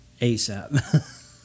ASAP